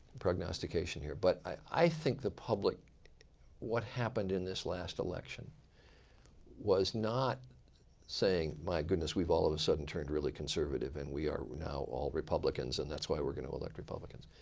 prognostication here. but i think the public what happened in this last election was not saying, my goodness we've all of a sudden turned really conservative. and we are right now all republicans. and that's why we're going to elect republicans.